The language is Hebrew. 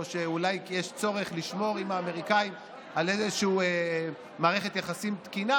או שאולי יש צורך לשמור עם האמריקאים על איזושהי מערכת יחסים תקינה,